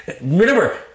Remember